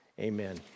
Amen